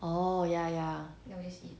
oh ya ya